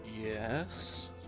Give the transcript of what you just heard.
Yes